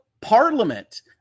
Parliament